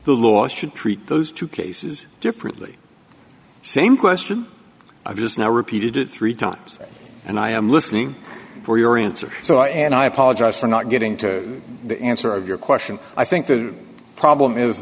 the law should treat those two cases differently same question i've just now repeated it three times and i am listening for your answer so and i apologize for not getting to the answer of your question i think the problem is